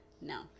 No